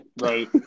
Right